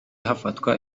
hafatwa